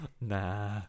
Nah